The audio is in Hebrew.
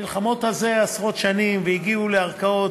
שנלחמות על זה עשרות שנים והגיעו לערכאות